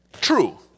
True